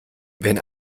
wenn